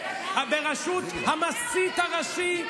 בראשות המסית הראשי,